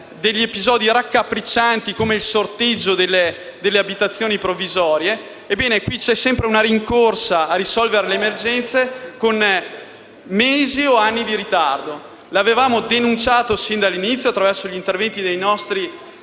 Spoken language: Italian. con episodi raccapriccianti, come il sorteggio delle abitazioni provvisorie. Ebbene, c'è sempre una rincorsa a risolvere le emergenze con mesi o anni di ritardo. L'avevamo denunciato fin dall'inizio attraverso gli interventi dei colleghi